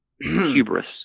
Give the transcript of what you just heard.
Hubris